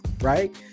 right